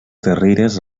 darreres